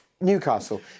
Newcastle